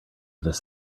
this